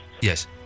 Yes